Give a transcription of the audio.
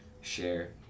share